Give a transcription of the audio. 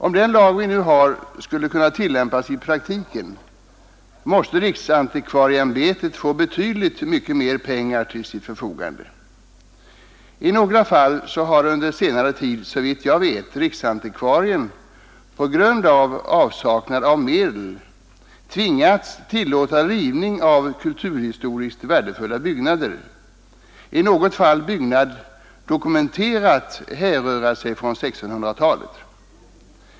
Om den lag vi nu har skulle kunna tillämpas i praktiken, måste riksantikvarieimbetet få betydligt mycket mer pengar till sitt förfogande. I några fall under senare tid har, såvitt jag vet, riksantikvarien på grund av avsaknad på medel tvingats tillåta rivning av kulturhistoriskt värdefulla byggnader, t.o.m. byggnad dokumenterat härrörande sig från 1600 talet.